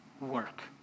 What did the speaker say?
work